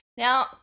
Now